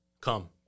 Come